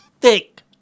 thick